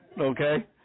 Okay